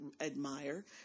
admire